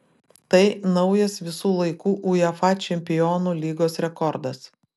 tai naujas visų laikų uefa čempionų lygos rekordas